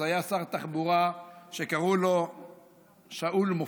אז היה שר תחבורה שקראו לו שאול מופז,